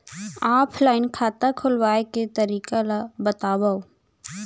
Offline खाता खोलवाय के तरीका ल बतावव?